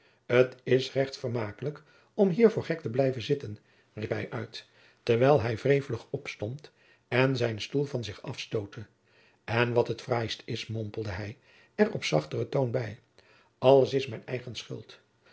t is recht vermakelijk om hier voor gek te blijven zitten riep hij uit terwijl hij wrevelig opstond en zijn stoel van zich af stootte en wat het fraaist is mompelde hij er op zachteren toon bij alles is mijn eigen schuld